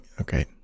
Okay